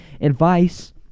advice